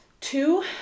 two